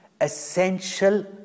essential